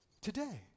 today